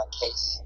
case